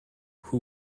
who